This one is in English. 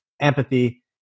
empathy